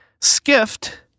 Skift